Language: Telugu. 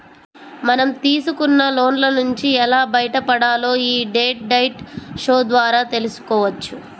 మనం తీసుకున్న లోన్ల నుంచి ఎలా బయటపడాలో యీ డెట్ డైట్ షో ద్వారా తెల్సుకోవచ్చు